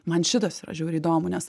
man šitas yra žiauriai įdomu nes